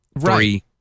three